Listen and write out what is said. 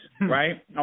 right